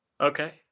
Okay